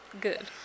Good